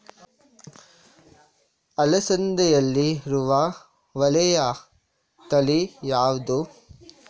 ಅಲಸಂದೆಯಲ್ಲಿರುವ ಒಳ್ಳೆಯ ತಳಿ ಯಾವ್ದು?